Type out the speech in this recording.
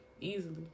easily